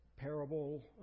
parable